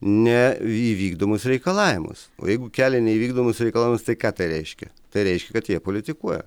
ne įvykdomus reikalavimus o jeigu kelia neįvykdomus reikalavimus tai ką tai reiškia tai reiškia kad jie politikuoja